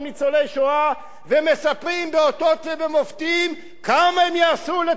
ומספרים באותות ובמופתים כמה הם יעשו לטובת ניצולי השואה.